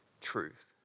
truth